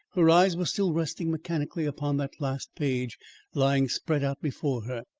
her eyes were still resting mechanically upon that last page lying spread out before her,